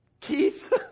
Keith